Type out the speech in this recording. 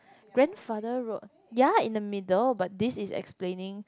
grandfather road ya in the middle but this is explaining